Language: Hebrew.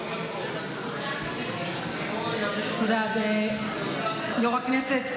איפה אתה ואיפה, תודה, יו"ר הישיבה.